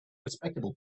respectable